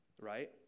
Right